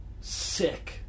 sick